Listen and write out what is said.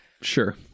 Sure